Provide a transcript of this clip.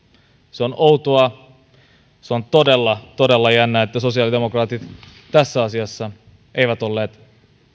se on outoa se on todella todella jännä että sosiaalidemokraatit tässä asiassa eivät olleet